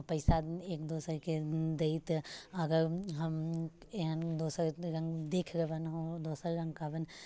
पैसा एक दोसरके देत अगर हम एहेन दोसर रङ्ग देख लेबैन हम ओ दोसर रङ्ग कहबैन